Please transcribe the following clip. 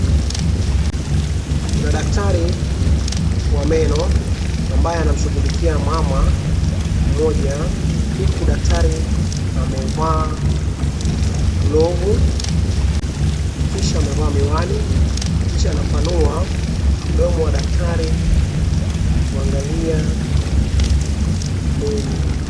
Kuna daktari wa meno ambaye anamshughulikia mama mmoja huku daktari amevaa glovu kisha amevaa miwani kisha anapanua mdomo wa daktari kuangalia meno.